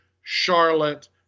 Charlotte